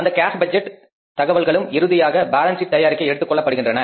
அந்த cash budget தகவல்களும் இறுதியாக பேலன்ஸ் ஷீட் தயாரிக்க எடுத்துக் கொள்ளப்படுகின்றன